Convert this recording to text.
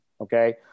okay